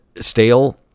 stale